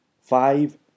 Five